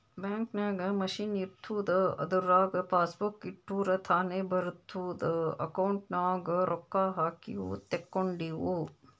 bank ನಾಗ್ machine ಇರ್ತುದ್ ಅದುರಾಗ್ ಪಾಸಬುಕ್ ಇಟ್ಟುರ್ ತಾನೇ ಬರಿತುದ್ ಅಕೌಂಟ್ ನಾಗ್ ರೊಕ್ಕಾ ಹಾಕಿವು ತೇಕೊಂಡಿವು